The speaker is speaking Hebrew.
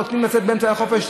נותנות לצאת באמצע היום.